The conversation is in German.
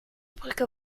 brücke